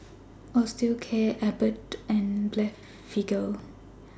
Osteocare Abbott and Blephagel